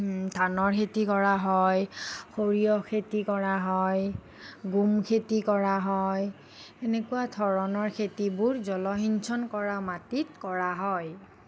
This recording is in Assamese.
ধানৰ খেতি কৰা হয় সৰিয়হ খেতি কৰা হয় গোম খেতি কৰা হয় এনেকুৱা ধৰণৰ খেতিবোৰ জলসিঞ্চন কৰা মাটিত কৰা হয়